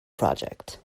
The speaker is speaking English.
project